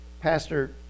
Pastor